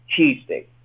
cheesesteak